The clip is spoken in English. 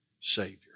Savior